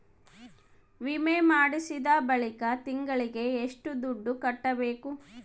ವಿಮೆ ಮಾಡಿಸಿದ ಬಳಿಕ ತಿಂಗಳಿಗೆ ಎಷ್ಟು ದುಡ್ಡು ಕಟ್ಟಬೇಕು?